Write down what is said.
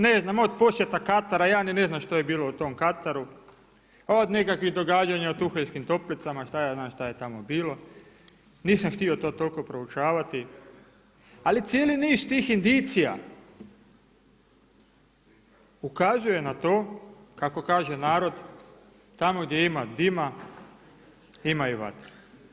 Ne znam, od posjeta Katara, ja ni ne znam što je bilo u tom Kataru, a od nekakvih događanja u Tuheljskim toplicama, šta ja znam šta je tamo bilo, nisam htio to toliko proučavati, ali cijeli niz tih indicija ukazuje na to kako kaže narod, tamo gdje ima dima, ima i vatre.